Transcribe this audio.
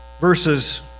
verses